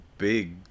Big